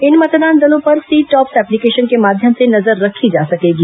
इन मतदान दलों पर सी टॉप्स एप्लीकेशन के माध्यम से नजर रखी जा सकेगी